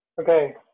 Okay